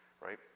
Right